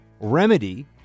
remedy